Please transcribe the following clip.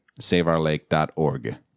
SaveOurLake.org